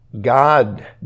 God